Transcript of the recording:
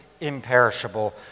imperishable